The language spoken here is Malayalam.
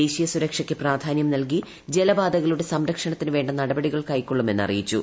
ദ്ദേശീയ സുരക്ഷയ്ക്ക് പ്രാധാന്യം നൽകി ജലപാതകളുടെ സംരക്ഷണത്തിന് പ്പേണ്ട നടപടികൾ കൈക്കൊള്ളുമെന്നും അറിയിച്ചു